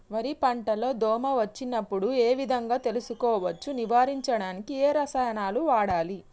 వరి పంట లో దోమ వచ్చినప్పుడు ఏ విధంగా తెలుసుకోవచ్చు? నివారించడానికి ఏ రసాయనాలు వాడాలి?